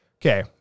Okay